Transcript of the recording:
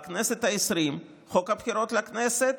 בכנסת העשרים, חוק הבחירות לכנסת,